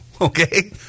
Okay